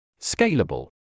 Scalable